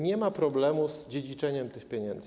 Nie ma problemu z dziedziczeniem tych pieniędzy.